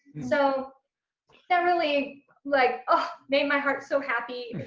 so that really like ah made my heart so happy.